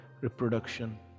reproduction